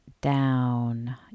down